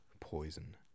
poison